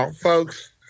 folks